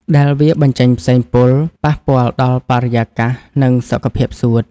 ដែលវាបញ្ចេញផ្សែងពុលប៉ះពាល់ដល់បរិយាកាស និងសុខភាពសួត។